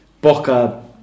Boca